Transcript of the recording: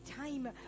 time